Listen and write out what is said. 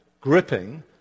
gripping